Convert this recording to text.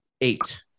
eight